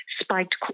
spiked